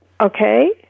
okay